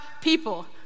people